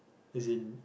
as in